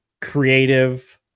Creative